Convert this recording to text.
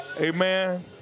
Amen